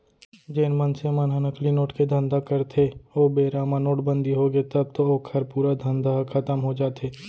जेन मनसे मन ह नकली नोट के धंधा करथे ओ बेरा म नोटबंदी होगे तब तो ओखर पूरा धंधा ह खतम हो जाथे